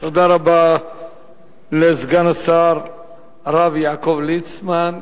תודה רבה לסגן השר הרב יעקב ליצמן.